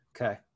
okay